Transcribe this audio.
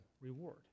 reward